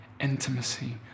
intimacy